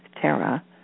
Terra